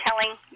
telling